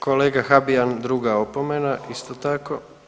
Kolega Habijan, druga opomena, isto tako.